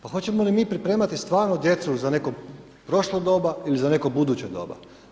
Pa hoćemo li mi pripremati stvarno djecu za neko prošlo doba ili za neko buduće doba?